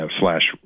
slash